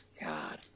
God